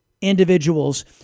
individuals